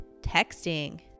texting